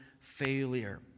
failure